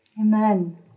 Amen